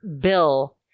bill